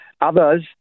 others